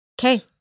Okay